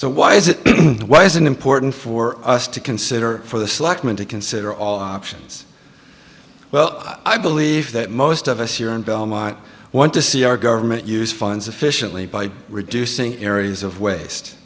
so why is it why is it important for us to consider for the selectmen to consider all options well i believe that most of us here in belmont want to see our government use funds efficiently by reducing areas of waste